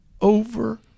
over